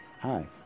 hi